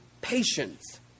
patience